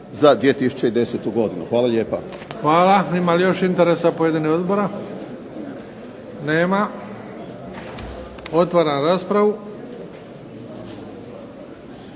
za 2010. godinu. Hvala lijepa. **Bebić, Luka (HDZ)** Hvala. Ima li još interesa pojedinih odbora? Nema. Otvaram raspravu.